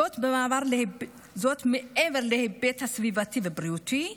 זאת מעבר להיבט הסביבתי והבריאותי.